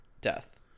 death